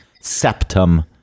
septum